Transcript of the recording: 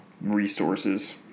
resources